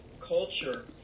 culture